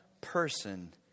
person